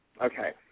Okay